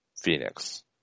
Phoenix